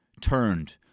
turned